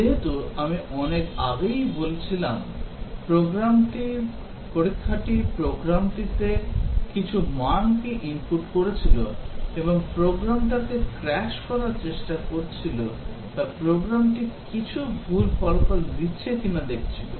যেহেতু আমি অনেক আগে থেকেই বলছিলাম পরীক্ষাটি প্রোগ্রামটিতে কিছু মানকে ইনপুট করছিল এবং প্রোগ্রামটাকে ক্র্যাশ করার চেষ্টা করছিল বা প্রোগ্রামটি কিছু ভুল ফলাফল দিচ্ছে কিনা দেখছিল